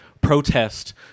protest